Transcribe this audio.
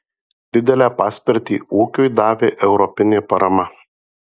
didelę paspirtį ūkiui davė europinė parama